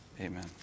amen